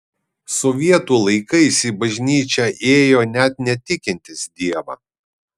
sovietų laikais į bažnyčią ėjo net netikintys dievą